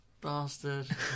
bastard